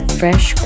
fresh